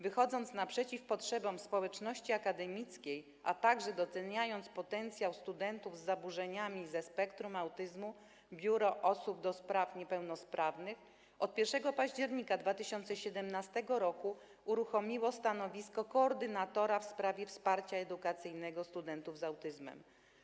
Wychodząc naprzeciw potrzebom społeczności akademickiej, a także doceniając potencjał studentów z zaburzeniami ze spektrum autyzmu, Biuro ds. Osób Niepełnosprawnych od 1 października 2017 r. uruchomiło stanowisko koordynatora wsparcia edukacyjnego studentów z autyzmem.